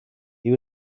was